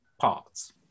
parts